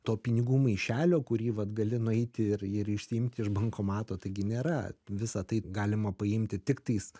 to pinigų maišelio kurį vat gali nueiti ir ir išsiimti iš bankomato taigi nėra visą tai galima paimti tiktais